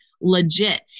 legit